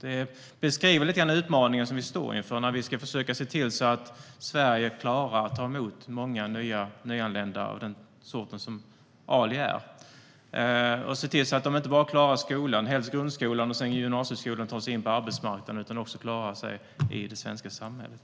Detta beskriver lite grann den utmaning som vi står inför när vi ska försöka se till att Sverige klarar att ta emot många nyanlända av den sort som Ali är och se till att de inte bara klarar skolan - helst grundskolan och sedan gymnasieskolan - och att sedan ta sig in på arbetsmarknaden utan också klarar sig i det svenska samhället.